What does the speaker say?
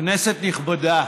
כנסת נכבדה,